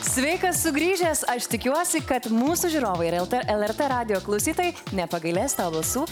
sveikas sugrįžęs aš tikiuosi kad mūsų žiūrovai ir lrt lrt radijo klausytojai nepagailės tau balsų